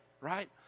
right